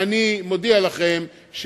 אני מודיע לכם,